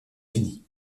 fini